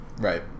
right